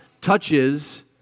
touches